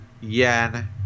yen